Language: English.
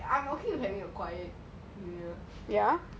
I am okay with you